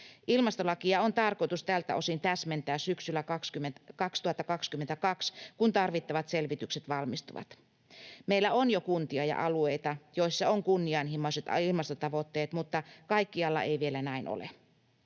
Ilmastolakia on tarkoitus tältä osin täsmentää syksyllä 2022, kun tarvittavat selvitykset valmistuvat. Meillä on jo kuntia ja alueita, joilla on kunnianhimoiset ilmastotavoitteet, mutta kaikkialla ei vielä näin ole.